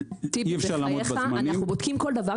אי אפשר לעמוד בזמנים.